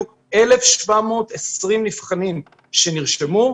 של ספורטאים מקצועיים שמתאמנים עם אותו